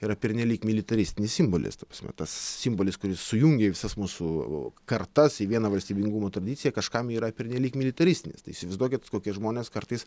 yra pernelyg militaristinis simbolis ta prasme tas simbolis kuris sujungia visas mūsų kartas į vieną valstybingumo tradiciją kažkam yra pernelyg militaristinis tai įsivaizduokit kokie žmonės kartais